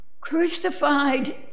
crucified